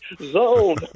zone